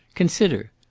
consider!